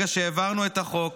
מרגע שהעברנו את החוק,